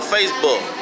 Facebook